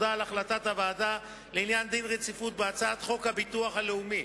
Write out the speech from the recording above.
הודעה על החלטת הוועדה לעניין דין רציפות בהצעת חוק הביטוח הלאומי